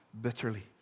bitterly